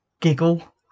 giggle